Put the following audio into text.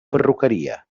perruqueria